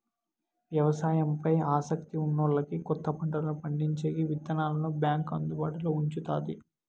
వ్యవసాయం పై ఆసక్తి ఉన్నోల్లకి కొత్త పంటలను పండించేకి విత్తనాలను బ్యాంకు అందుబాటులో ఉంచుతాది